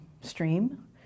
stream